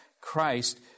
Christ